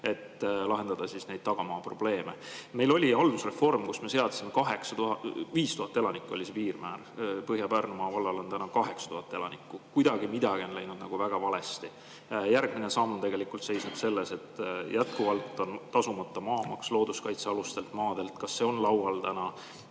et lahendada neid tagamaa probleeme. Meil oli haldusreform, kus me seadsime 5000 elanikku piirmääraks. Põhja-Pärnumaa vallas on täna 8000 elanikku. Kuidagi midagi on läinud väga valesti. Järgmine samm võiks olla selle [lahendamine], et jätkuvalt on tasumata maamaks looduskaitsealustelt maadelt. Kas see on laual täna